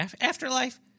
afterlife